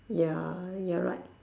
ya you're right